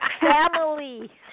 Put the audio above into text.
family